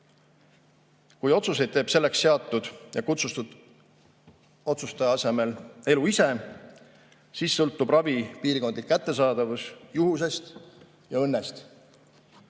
Kui otsuseid teeb selleks seatud ja kutsutud otsustaja asemel elu ise, siis sõltub ravi piirkondlik kättesaadavus juhusest ja õnnest